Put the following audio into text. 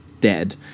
dead